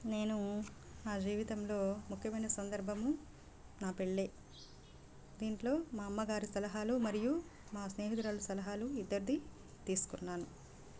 నేను నా జీవితంలో ముఖ్యమైన సందర్భము నా పెళ్ళి దీంట్లో మా అమ్మ గారి సలహాలు మరియు మా స్నేహితురాలి సలహాలు ఇద్దరివి తీసుకున్నాను